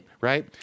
right